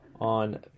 on